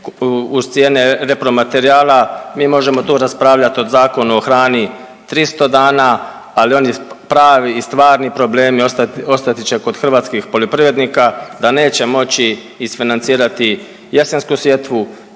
uz cijene repromaterijala mi možemo tu raspravljat o Zakonu o hrani 300 dana, ali oni pravi i stvarni problemi ostati će kod hrvatskih poljoprivrednika da neće moći isfinancirati jesensku sjetvu,